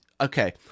okay